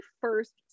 first